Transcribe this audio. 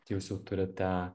tai jūs jau turite